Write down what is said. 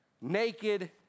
naked